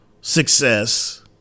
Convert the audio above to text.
success